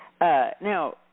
Now